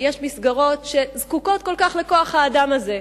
ויש מסגרות שזקוקות כל כך לכוח-האדם הזה,